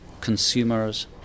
consumers